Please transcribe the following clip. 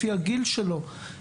לפי הגיל שלו,